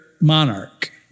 monarch